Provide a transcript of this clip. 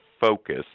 focus